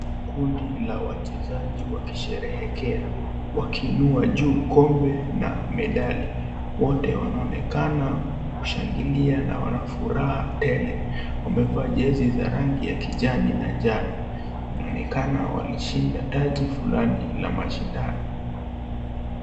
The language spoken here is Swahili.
Kundi la wachezaji wakisherehekea wakiinua juu kombe na medali, wote wanaonekana kushangilia na furaha tele wamevaa jezi za rangi ya kijani na njano inaonekana walishinda taji fulani la mashindano.